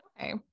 Okay